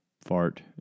fart